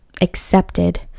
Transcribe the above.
accepted